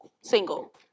single